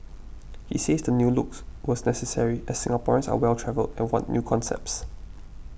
he says the new looks was necessary as Singaporeans are well travelled and want new concepts